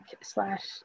slash